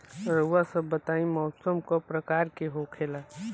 रउआ सभ बताई मौसम क प्रकार के होखेला?